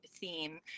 Theme